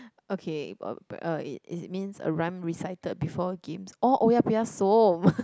okay but uh it it means a rhyme recited before games oh oya-beh-ya-som